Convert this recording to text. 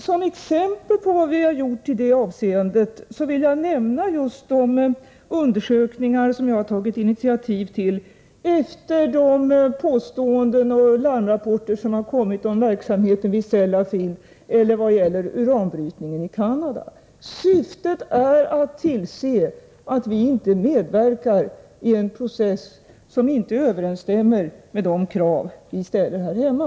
Som exempel på vad vi har gjort i det avseendet vill jag nämna just de undersökningar jag har tagit initiativ till efter de påståenden och larmrapporter som har kommit om verksamheten vid Sellafield och om uranbrytningen i Canada. Syftet är att tillse att vi inte medverkar i en process som inte överensstämmer med de krav vi ställer här hemma.